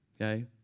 Okay